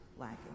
lacking